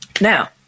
Now